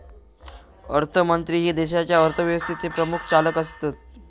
अर्थमंत्री हे देशाच्या अर्थव्यवस्थेचे प्रमुख चालक असतत